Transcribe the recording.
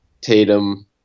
Tatum